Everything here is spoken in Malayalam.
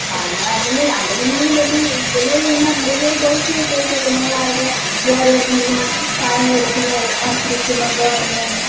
കാരണം അല്ലെങ്കിൽ അല്ലെങ്കിൽ നിങ്ങളെ ഡെലി ഡെലിവറി ചെയ്യുന്ന ഡെലിവറി ബോയ്സിനോട് ചോദിച്ചു നോക്ക് നിങ്ങളവരുടെ വേറെ എവിടെന്നെങ്കിലും സാധനങ്ങൾ എടുത്ത് ഇങ്ങനെ മറിച്ചുവിൽക്കുന്നുണ്ടോ അങ്ങനെയൊന്ന്